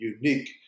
unique